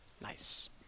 Nice